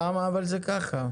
אבל למה זה ככה?